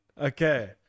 Okay